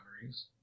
memories